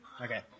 Okay